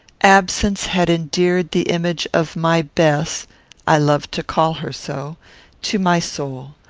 absence had endeared the image of my bess i loved to call her so to my soul.